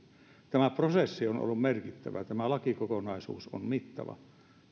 tämä prosessi on ollut merkittävä tämä lakikokonaisuus on mittava